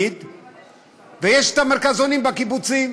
ויש מרכזונים בקיבוצים.